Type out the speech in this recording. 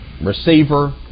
receiver